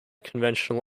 conventional